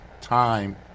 time